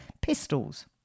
pistols